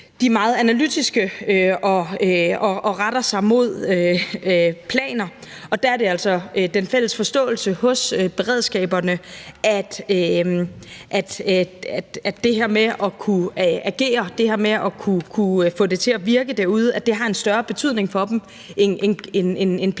er meget analytiske og retter sig mod planer, og der er det altså den fælles forståelse hos beredskaberne, at det her med at kunne agere, det her med at kunne få det til at virke derude, har en større betydning for dem end planer